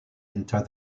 enter